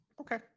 Okay